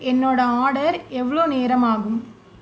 என்னோடய ஆர்டர் எவ்வளோ நேரம் ஆகும்